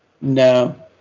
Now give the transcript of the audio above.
No